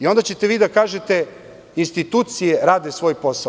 Onda ćete vi da kažete – institucije rade svoj posao.